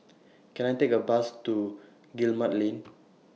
Can I Take A Bus to Guillemard Lane